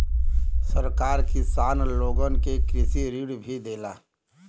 सरकार किसान लोगन के कृषि ऋण भी देला